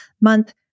month